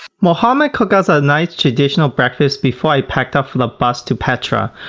mohammad cooked us a nice traditional breakfast before i packed up for the bus to petra.